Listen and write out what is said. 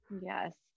Yes